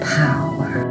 power